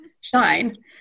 shine